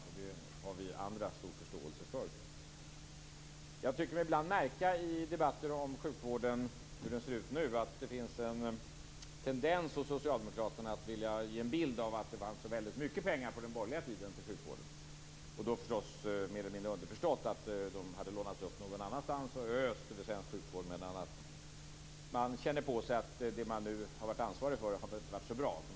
Och det har vi andra stor förståelse för. I debatter om hur sjukvården ser ut nu tycker jag mig ibland märka att det finns en tendens hos socialdemokraterna att vilja ge en bild av att det fanns så mycket pengar till sjukvården på den borgerliga tiden. Det är då mer eller mindre underförstått att pengarna hade lånats upp någon annanstans och östs över svensk sjukvård. Men nu känner man på sig att det som man har varit ansvarig för inte har gått så bra.